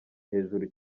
hejuru